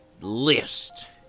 list